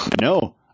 No